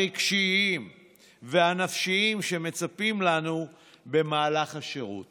הרגשיים והנפשיים שמצפים לנו במהלך השירות